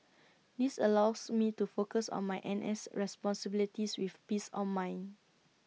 this allows me to focus on my N S responsibilities with peace on mind